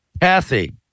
Kathy